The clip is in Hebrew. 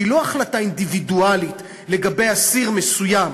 שהיא לא החלטה אינדיבידואלית לגבי אסיר מסוים,